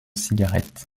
cigarette